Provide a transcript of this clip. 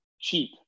cheap